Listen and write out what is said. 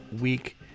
week